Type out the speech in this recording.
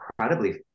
incredibly